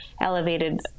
elevated